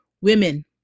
women